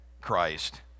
Christ